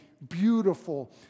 beautiful